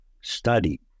study